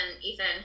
Ethan